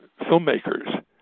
filmmakers